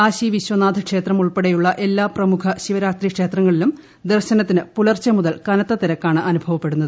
കാശിവിശ്വനാഥ് ക്ഷേത്രം ഉൾപ്പെടെയുള്ള എല്ലാ പ്രമുഖ ശിവക്ഷേത്രങ്ങളിലും ദർശ്വന്ത്രിന് പുലർച്ചെ മുതൽ കനത്ത തിരക്കാണ് അനുഭവപ്പെടുന്നത്